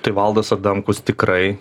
tai valdas adamkus tikrai